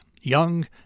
young